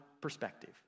perspective